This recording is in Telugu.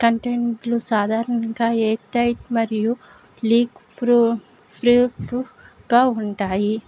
కంటెంట్లు సాధారణంగా ఎయిర్ టైట్ మరియు లీక్ ప్రూ ప్రూఫ్ గా ఉంటాయి